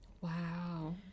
Wow